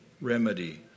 remedy